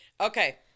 Okay